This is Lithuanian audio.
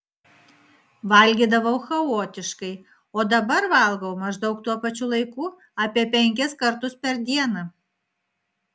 valgydavau chaotiškai o dabar valgau maždaug tuo pačiu laiku apie penkis kartus per dieną